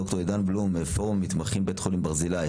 ד"ר עידן בלום מנהל פורום מתמחים בית חולים ברזילי,